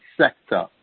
sector